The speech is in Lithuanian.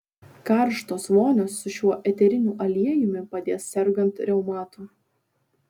karštos vonios su šiuo eteriniu aliejumi padės sergant reumatu